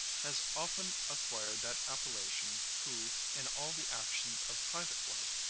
has often acquired that appellation who, in all the actions of private life,